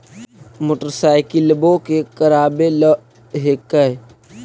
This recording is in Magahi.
मोटरसाइकिलवो के करावे ल हेकै?